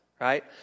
right